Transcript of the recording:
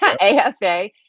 AFA